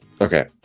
okay